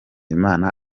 imana